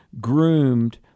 groomed